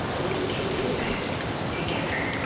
we can do this together.